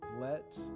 Let